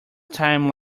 time